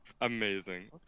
Amazing